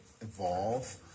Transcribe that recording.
evolve